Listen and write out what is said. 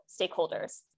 stakeholders